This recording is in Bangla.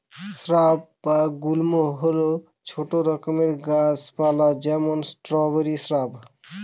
স্রাব বা গুল্ম হল ছোট রকম গাছ পালা যেমন স্ট্রবেরি শ্রাব